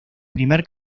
primer